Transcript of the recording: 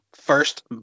First